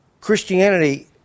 Christianity